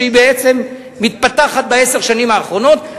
שמתפתחת בעשר השנים האחרונות,